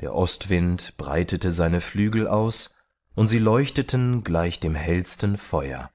der ostwind breitete seine flügel aus und sie leuchteten gleich dem hellsten feuer